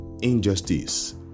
injustice